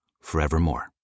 forevermore